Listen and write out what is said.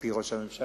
מפי ראש הממשלה,